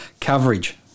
coverage